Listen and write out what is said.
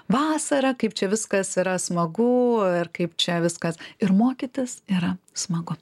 vasara kaip čia viskas yra smagu ir kaip čia viskas ir mokytis yra smagu